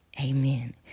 Amen